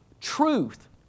truth